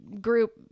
group